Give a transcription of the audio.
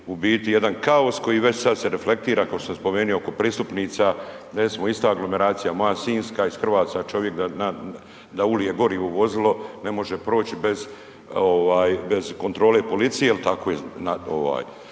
u biti jedan kaos koji već sad se reflektira, kao što sam spomenuo oko pristupnica. Recimo ista aglomeracija, moja sinjska iz Hrvaca čovjek da, da ulije gorivo u vozilo ne može proći bez ovaj bez kontrole policije jel tako je